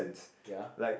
ya